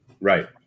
right